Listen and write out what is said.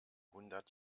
hundert